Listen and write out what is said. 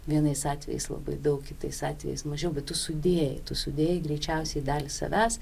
vienais atvejais labai daug kitais atvejais mažiau bet tu sudėjai sudėjai greičiausiai dalį savęs